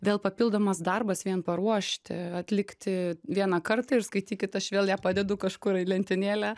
vėl papildomas darbas vien paruošti atlikti vieną kartą ir skaitykit aš vėl ją padedu kažkur į lentynėlę